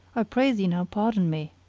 i pray thee now pardon me.